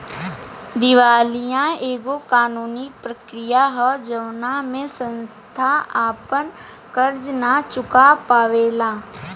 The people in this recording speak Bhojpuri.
दिवालीया एगो कानूनी प्रक्रिया ह जवना में संस्था आपन कर्जा ना चूका पावेला